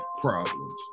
problems